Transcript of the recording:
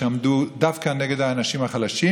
שעמדו דווקא נגד האנשים החלשים,